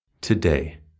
Today